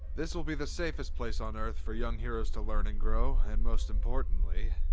this will be the safest place on earth for young heroes to learn, and grow, and most importantly,